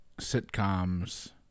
sitcoms